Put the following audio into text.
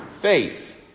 faith